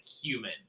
human